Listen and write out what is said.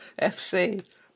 FC